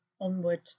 onward